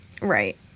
Right